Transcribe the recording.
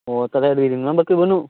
ᱚᱸᱻ ᱛᱚᱵᱮ ᱟᱹᱰᱤ ᱫᱤᱱᱢᱟ ᱵᱟᱹᱠᱤ ᱵᱟᱹᱱᱩᱜ